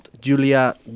Julia